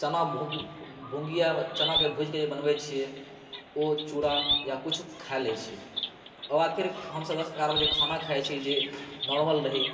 चना भूँगिया चना के जे भूजि के जे बनबै छियै ओ चूरा या किछु खा लै छियै ओकर बाद फेर हम सब दस ग्यारह बजे खाना खाइ छी जे नोर्मल रही